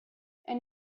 and